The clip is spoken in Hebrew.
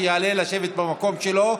שיעלה לשבת במקום שלו.